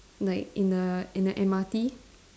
like in a in a M_R_T